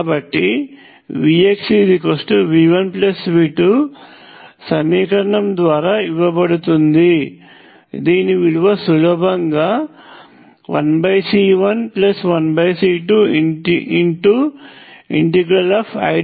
కాబట్టి VxV1V2 సమీకరణం ద్వారా ఇవ్వబడుతుంది దీని విలువ సులభంగా 1C11C2Idt